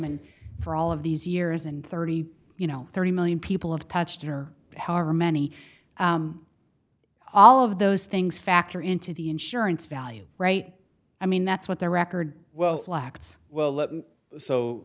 and for all of these years and thirty you know thirty million people have touched her however many all of those things factor into the insurance value right i mean that's what their record wealth lacked well